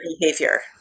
behavior